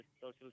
social